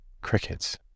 crickets